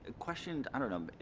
a question. i don't know.